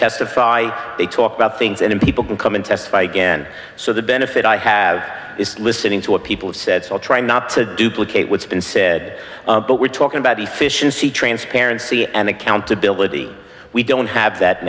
testify they talk about things and people can come and testify again so the benefit i have is listening to what people have said so i'll try not to duplicate what's been said but we're talking about the fish and see transparency and accountability we don't have that